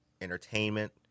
entertainment